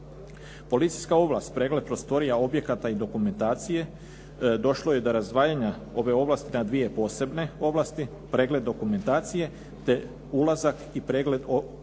Policijska ovlast pregled prostorija, objekata i dokumentacije došlo je do razdvajanja ove ovlasti na dvije posebne ovlasti, pregled dokumentacije te ulazak i pregled objekata i